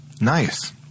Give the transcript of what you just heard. Nice